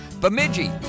Bemidji